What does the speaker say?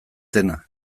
dena